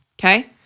Okay